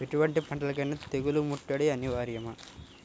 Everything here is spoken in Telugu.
ఎటువంటి పంటలకైన తెగులు ముట్టడి అనివార్యమా?